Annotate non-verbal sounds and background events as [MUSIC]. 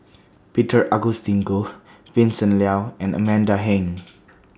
Peter Augustine Goh Vincent Leow and Amanda Heng [NOISE]